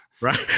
Right